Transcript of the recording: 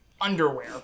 underwear